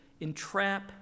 entrap